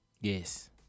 Yes